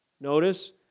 Notice